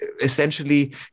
essentially